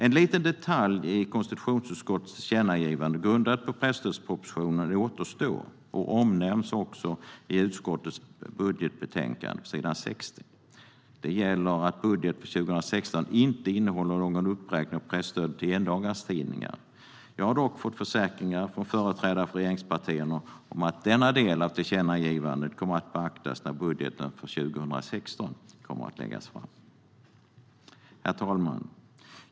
En liten detalj i konstitutionsutskottets tillkännagivande, grundat på presstödspropositionen, återstår och omnämns på s. 60 i utskottets budgetbetänkande. Det gäller att budgeten för 2016 inte innehåller någon uppräkning av presstödet till endagarstidningar. Jag har dock fått försäkringar från företrädare för regeringspartierna om att denna del av tillkännagivandet kommer att beaktas när budgeten för 2017 läggs fram. Herr talman!